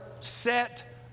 set